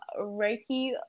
Reiki